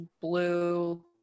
blue